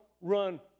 run